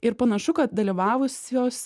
ir panašu kad dalyvavusios